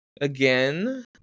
again